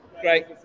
Great